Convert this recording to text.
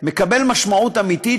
מקבל משמעות אמיתית,